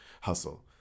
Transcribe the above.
hustle